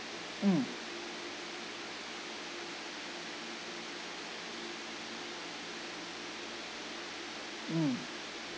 mm mm